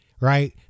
right